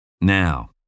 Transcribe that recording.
Now